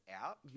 out